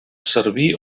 servir